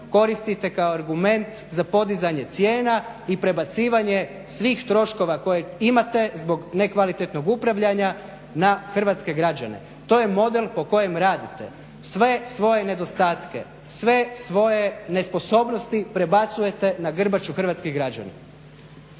koristite kao argument za podizanje cijena i prebacivanje svih troškova koje imate zbog nekvalitetnog upravljanja na hrvatske građane. To je model po kojem radite. Sve svoje nedostatke, sve svoje nesposobnosti prebacujete na grbaču hrvatskih građana.